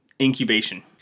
Incubation